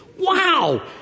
Wow